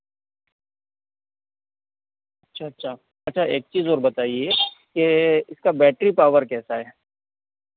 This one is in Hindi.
अच्छा अच्छा अच्छा एक चीज़ और बताइए के इसका बैटरी पावर कैसा है